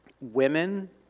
women